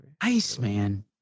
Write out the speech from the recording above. Iceman